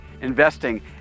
investing